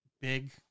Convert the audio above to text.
big